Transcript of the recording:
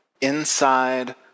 inside